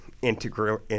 integral